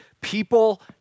people